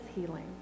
healing